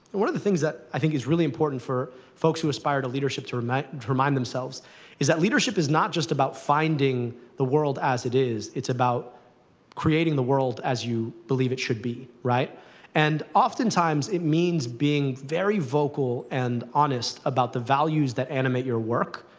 one of the things that, i think, is really important for folks who aspire to leadership to remind remind themselves is that leadership is not just about finding the world as it is. it's about creating the world as you believe it should be. and, oftentimes, it means being very vocal and honest about the values that animate your work,